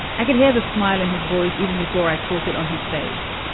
i could hear the smile in his voice, even before i caught it on his face.